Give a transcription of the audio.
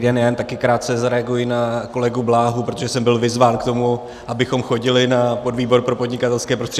Já také jen krátce zareaguji na kolegu Bláhu, protože jsem byl vyzván k tomu, abychom chodili na podvýbor pro podnikatelské prostředí.